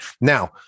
Now